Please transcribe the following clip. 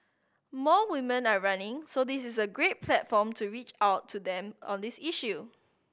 more women are running so this is a great platform to reach out to them on this issue